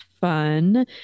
fun